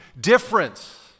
difference